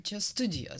čia studijos